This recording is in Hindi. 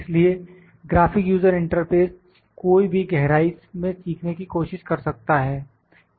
इसलिए ग्राफिक यूजर इंटरफेस कोई भी गहराई में सीखने की कोशिश कर सकता है